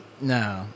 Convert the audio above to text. no